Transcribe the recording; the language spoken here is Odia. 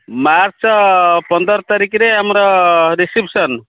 ମାର୍ଚ୍ଚ ପନ୍ଦର ତାରିଖରେ ଆମର ରିସିପସନ